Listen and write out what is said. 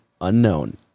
unknown